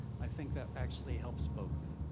i think that actually helps both.